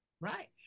Right